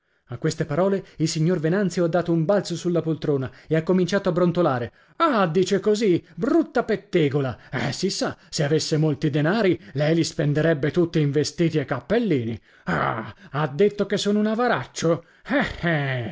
a queste parole il signor venanzio ha dato un balzo sulla poltrona e ha cominciato a brontolare ah dice così brutta pettegola eh si sa se avesse molti denari lei li spenderebbe tutti in vestiti e cappellini ah ha detto che sono un avaraccio